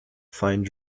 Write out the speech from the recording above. fine